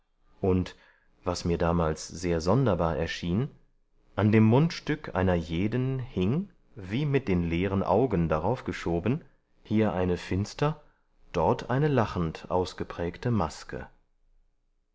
und was mir damals sehr sonderbar erschien an dem mundstück einer jeden hing wie mit den leeren augen daraufgeschoben hier eine finster dort eine lachend ausgeprägte maske